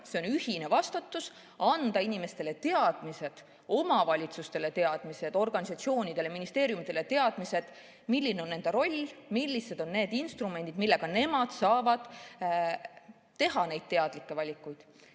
Jah, on ühine vastutus anda inimestele teadmised, omavalitsustele teadmised, organisatsioonidele, ministeeriumidele teadmised, milline on nende roll, millised on need instrumendid, millega nemad saavad teha teadlikke valikuid